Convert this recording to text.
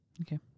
Okay